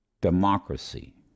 democracy